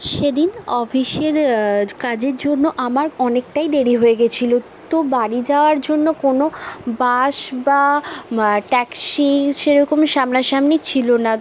সেদিন অফিসের কাজের জন্য আমার অনেকটাই দেরী হয়ে গিয়েছিলো তো বাড়ি যাওয়ার জন্য কোনো বাস বা ট্যাক্সি সেরকম সামনা সামনি ছিলো না